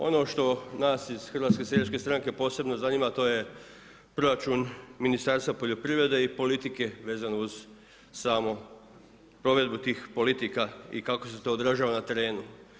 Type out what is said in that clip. Ono što nas iz HSS-a posebno zanima, to je proračun Ministarstva poljoprivrede i politike vezano uz samo provedbu tih politika i kako se to odražava na terenu.